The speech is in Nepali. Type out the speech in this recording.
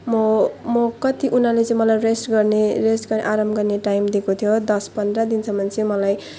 म म कति उनीहरूले चाहिँ मलाई रेस्ट गर्ने रेस्ट ग आराम गर्ने टाइम दिएको थियो दस पन्ध्र दिनसम्म चाहिँ मलाई